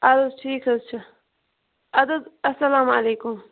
ادٕ حظ ٹھیٖک حظ چھُ ادٕ حظ السلام علیکُم